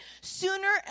sooner